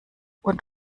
und